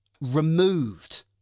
Removed